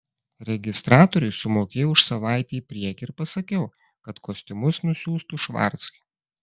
registratoriui sumokėjau už savaitę į priekį ir pasakiau kad kostiumus nusiųstų švarcui